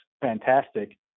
fantastic